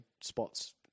spots